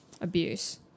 abuse